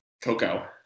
Coco